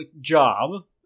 job